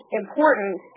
important